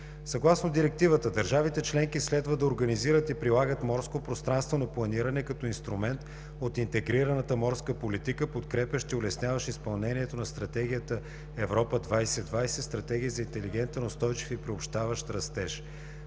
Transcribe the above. Съгласно Директивата държавите членки следва да организират и прилагат морско пространствено планиране като инструмент от Интегрираната морска политика, подкрепящ и улесняващ изпълнението на Стратегията „Европа 2020, стратегия за интелигентен, устойчив и приобщаващ растеж“.